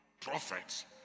prophets